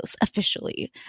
officially